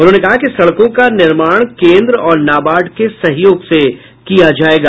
उन्होंने कहा कि सड़कों का निर्माण केंद्र और नाबार्ड के सहयोग से किया जायेगा